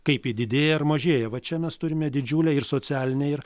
kaip ji didėja ar mažėja va čia mes turime didžiulę ir socialinę ir